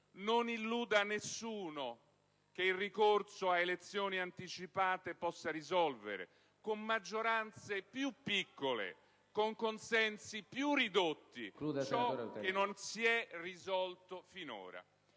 Non illuda nessuno che il ricorso a elezioni anticipate possa risolvere - con maggioranze più piccole, con consensi più ridotti - ciò che non si è risolto finora.